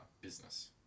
business